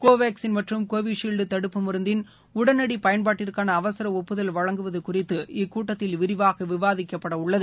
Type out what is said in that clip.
கோவாக்ஸின் மற்றும் கோவிஷீல்டு தடுப்பு மருந்தின் உடனடி பயன்பாட்டிற்கான அவசர ஒப்புதல் வழங்குவது குறித்து இக்கூட்டத்தில் விரிவாக விவாதிக்கப்படவுள்ளது